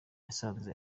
yasanze